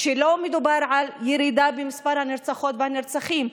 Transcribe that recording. כשלא מדובר על ירידה במספר הנרצחות והנרצחים,